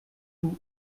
too